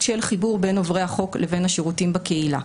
של חיבור בין עוברי החוק לבין השירותים בקהילה.